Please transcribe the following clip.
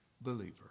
believer